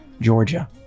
Georgia